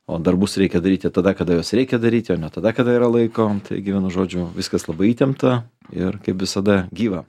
o darbus reikia daryti tada kada juos reikia daryti o net tada kada yra laiko taigi vienu žodžiu viskas labai įtempta ir kaip visada gyva